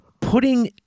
putting